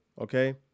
okay